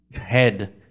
head